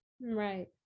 Right